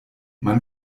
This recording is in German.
man